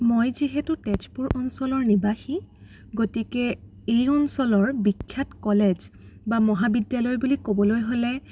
মই যিহেতু তেজপুৰ অঞ্চলৰ নিবাসী গতিকে এই অঞ্চলৰ বিখ্যাত কলেজ বা মহাবিদ্যালয় বুলি ক'বলৈ হ'লে